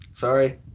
Sorry